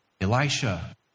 Elisha